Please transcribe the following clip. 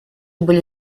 были